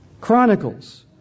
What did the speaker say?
Chronicles